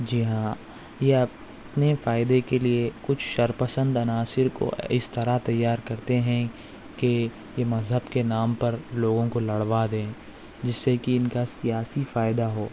جی ہاں یہ اپنے فائدے کے لیے کچھ شرپسند عناصر کو اس طرح تیار کرتے ہیں کہ یہ مذہب کے نام پر لوگوں کو لڑوا دیں جس سے کہ ان کا سیاسی فائدہ ہو